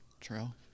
trail